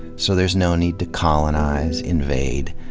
so there's no need to colonize, invade,